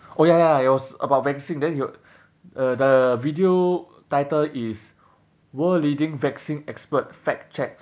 oh ya ya ya it was about vaccine then it w~ uh the video title is world leading vaccine expert fact check